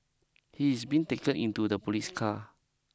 he is being taken into the police car